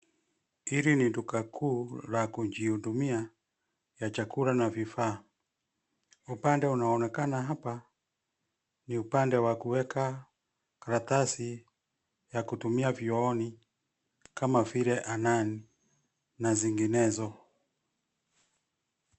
Hili ni duka kuu la kujihudumia ya chakula na vifaa. Upande unaonekana hapa ni upande wa kuweka karatasi ya kutumia vyooni kama vile AnAn na zinginezo.